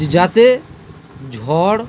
যাতে ঝড়